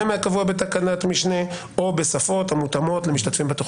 מהקבוע בתקנת משנה (ג) או בשפות המותאמות למשתתפים בתוכנית.